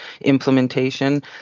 implementation